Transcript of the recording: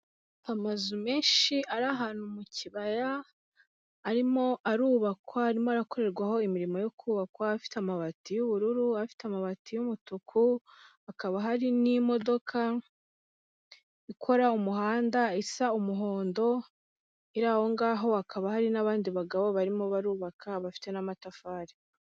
Amazu menshi ari ahantu mu kibaya, arimo arubakwa arimo arakorerwaho imirimo yo kubakwa, afite amabati y'ubururu, afite amabati y'umutuku, hakaba hari n'imodoka, ikora umuhanda isa umuhondo iri aho ngaho, hakaba hari n'abandi bagabo barimo barubaka, bafite n'amatafari.